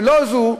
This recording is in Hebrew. ולא זו,